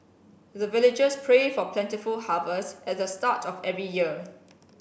the villagers pray for plentiful harvest at the start of every year